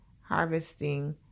harvesting